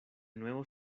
nuevo